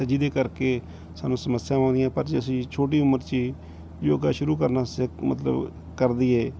ਅਤੇ ਜਿਹਦੇ ਕਰਕੇ ਸਾਨੂੰ ਸਮੱਸਿਆਵਾਂ ਆਉਂਦੀਆਂ ਪਰ ਜੇ ਅਸੀਂ ਛੋਟੀ ਉਮਰ 'ਚ ਹੀ ਯੋਗਾ ਸ਼ੁਰੂ ਕਰਨਾ ਸਿੱਖ ਮਤਲਬ ਕਰ ਦਈਏ